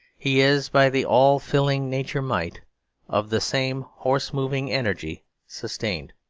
he is by the all-filling nature-might of the same horse-moving energy sustained.